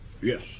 Yes